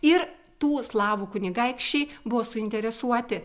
ir tų slavų kunigaikščiai buvo suinteresuoti